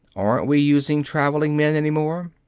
aren't we using traveling men any more?